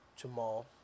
Jamal